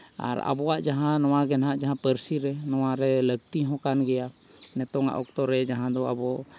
ᱟᱨ ᱟᱵᱚᱣᱟᱜ ᱡᱟᱦᱟᱸ ᱱᱚᱣᱟ ᱜᱮ ᱱᱟᱦᱟᱜ ᱡᱟᱦᱟᱸ ᱯᱟᱹᱨᱥᱤ ᱨᱮ ᱱᱚᱣᱟ ᱨᱮ ᱞᱟᱹᱠᱛᱤ ᱦᱚᱸ ᱠᱟᱱ ᱜᱮᱭᱟ ᱱᱤᱛᱳᱝᱼᱟᱜ ᱚᱠᱛᱚ ᱨᱮ ᱡᱟᱦᱟᱸ ᱫᱚ ᱟᱵᱚ